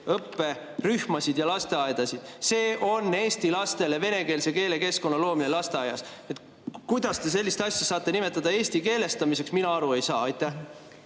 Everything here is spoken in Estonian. õpperühmasid ja lasteaedasid. See on eesti lastele venekeelse keelekeskkonna loomine lasteaias. Kuidas te sellist asja saate nimetada eestikeelestamiseks? Mina aru ei saa. Aitäh,